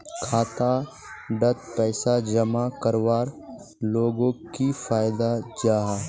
खाता डात पैसा जमा करवार लोगोक की फायदा जाहा?